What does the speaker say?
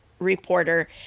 reporter